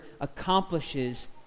accomplishes